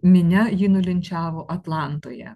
minia jį nulinčiavo atlantoje